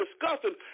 discussing